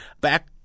Back